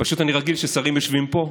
פשוט אני רגיל ששרים יושבים פה,